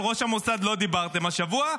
על ראש המוסד לא דיברתם השבוע.